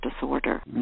disorder